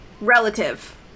Relative